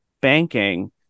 banking